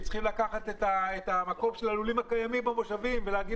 הם צריכים לקחת את המקום של הלולים הקיימים במושבים ולהגיד